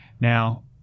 now